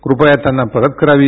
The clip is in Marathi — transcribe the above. कुपया त्यांना परत करावी